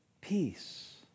peace